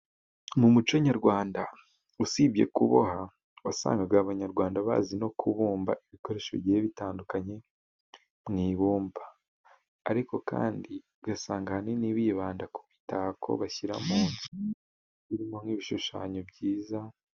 Mu muco nyarwanda usibye kuboha, wasangaga abanyarwanda bazi no kubumba ibikoresho bigiye bitandukanye mu ibumba , ariko kandi ugasanga ahanini bibanda ku mitako bashyira mu nzu, birimo nk'ibishushanyo byiza.